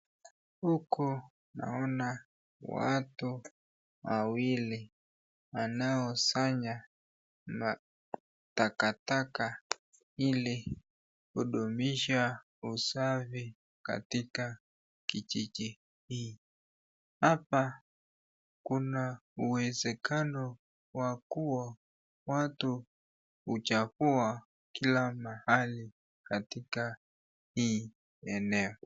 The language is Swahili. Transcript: Huko naona watu wawili wanaosanya matakataka ili kudumisha usafi katika kijiji hii. Hapa kuna uwezekano wa kuo watu uchafua kila mahali katika hii eneo.